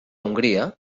hongria